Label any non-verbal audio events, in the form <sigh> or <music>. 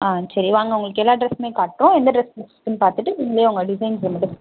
ஆ சரி வாங்க உங்களுக்கு எல்லா டிரெஸும் காட்டுகிறோம் எந்த டிரெஸ் பிடிச்சிருக்குனு பார்த்துட்டு நீங்கள் உங்க டிசைன்ஸ் <unintelligible>